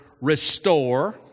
restore